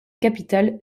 capitale